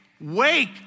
wake